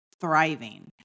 thriving